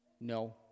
No